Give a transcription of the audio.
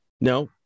no